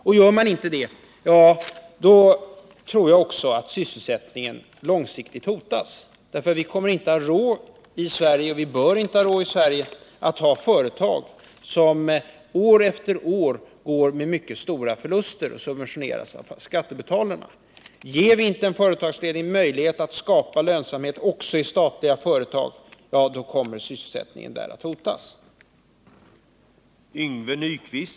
Och gör företagsledningen inte det, ja då tror också jag att sysselsättningen långsiktigt hotas, eftersom vi i Sverige inte kommer att ha råd — och vi bör i Sverige inte ha råd — att ha företag kvar som år efter år går med mycket stora förluster och måste subventioneras av skattebetalarna. Ger vi inte en företagsledning möjlighet att skapa lönsamhet också i statliga företag, kommer sysselsättningen där att hotas.